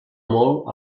molt